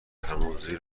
سرمایهگذاری